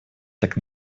так